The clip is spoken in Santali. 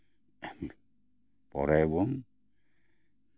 ᱯᱚᱨᱮ ᱵᱚᱱ